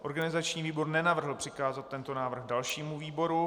Organizační výbor nenavrhl přikázat tento návrh dalšímu výboru.